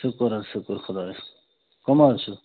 شُکُر حظ شُکُر خۄدایَس کُن کم حظ چھو